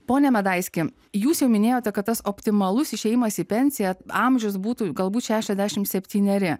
pone medaiskį jūs jau minėjote kad tas optimalus išėjimas į pensiją amžius būtų galbūt šešiasdešim septyneri